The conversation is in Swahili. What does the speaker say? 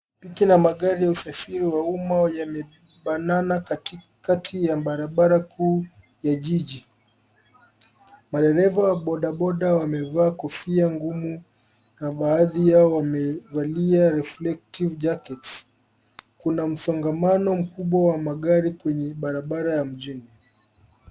Pikipiki na magari ya usafiri wa umma yamebanana katikati ya barabara kuu ya jiji. Madereva wa bodaboda wamevaa kofia ngumu na baadhi yao wamevalia reflective jackets . Kuna msongamano mkubwa wa magari kwenye barabara ya mjini.